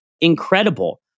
incredible